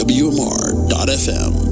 wmr.fm